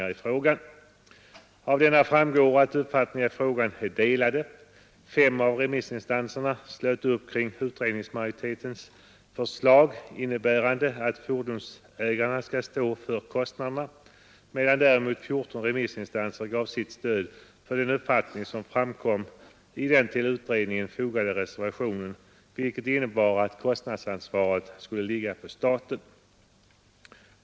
Av denna redovisning framgår att uppfattningarna i frågan är delade. Fem av remissinstanserna slöt upp kring utredningsmajoritetens förslag, innebärande att fordonsägarna skulle stå för kostnaderna, medan 14 remissinstanser gav sitt stöd för den uppfattning som framkom i den till utredningen fogade reservationen att kostnadsansvaret skulle ligga på staten.